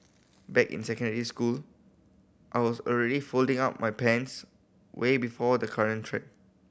back in secondary school I was already folding up my pants way before the current trend